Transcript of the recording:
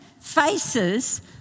faces